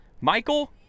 Michael